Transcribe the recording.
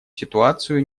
ситуацию